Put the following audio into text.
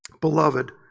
Beloved